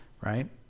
right